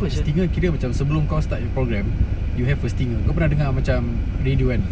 stinger kira macam sebelum kau start your programme you have a stinger kau pernah dengar macam radio kan